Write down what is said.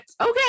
okay